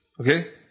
Okay